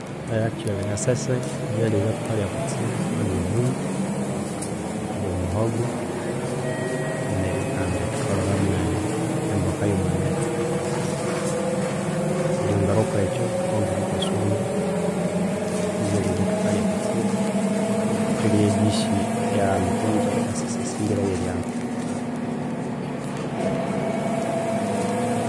actually e kasese ebyalhya ebyathukalhya kutsibu, thukalhya obundu obo muhogo neryo kandi thukalhiramu emboka eyo mwa ngetse, eryongera okwekyo thukongera kwe esombe byebyalha ebyathukalhya actually ye dish eyo omukonzo asingireyo eryanza kutsibu.